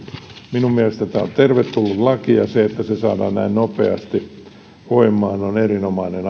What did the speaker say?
minun mielestäni tämä on tervetullut laki ja se että se saadaan näin nopeasti voimaan on erinomainen